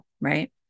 Right